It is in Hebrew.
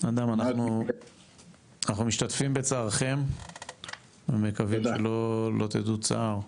אדם, אנחנו משתתפים בצערכם ומקווים שלא תדעו צער.